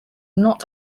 not